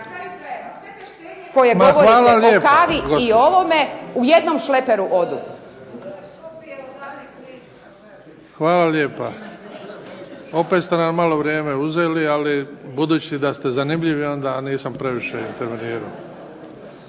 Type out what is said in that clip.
U jednom šleperu odu. **Bebić, Luka (HDZ)** Hvala lijepa. Opet ste nam malo vrijeme uzeli, ali budući da ste zanimljivi onda nisam previše intervenirao.